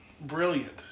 brilliant